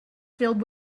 filled